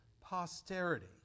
posterity